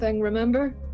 remember